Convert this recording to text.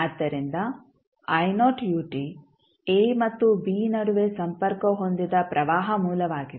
ಆದ್ದರಿಂದ a ಮತ್ತು b ನಡುವೆ ಸಂಪರ್ಕ ಹೊಂದಿದ ಪ್ರವಾಹ ಮೂಲವಾಗಿದೆ